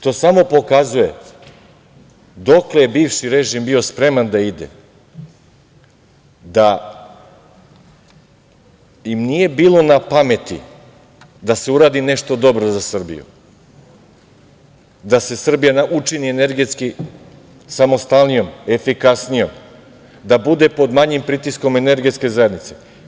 To samo pokazuje dokle je bivši režim bio spreman da ide, da im nije bilo na pameti da se uradi nešto dobro za Srbiju, da se Srbija učini energetski samostalnijom, efikasnijom, da bude pod manjim pritiskom Energetske zajednice.